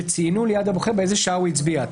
כשציינו ליד הבוחר באיזו שעה הוא הצביע.